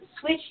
switch